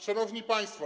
Szanowni Państwo!